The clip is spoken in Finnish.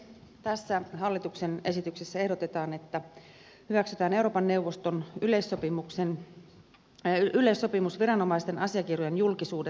tässä hallituksen esityksessä ehdotetaan että hyväksytään euroopan neuvoston yleissopimus viranomaisten asiakirjojen julkisuudesta